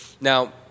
Now